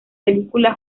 película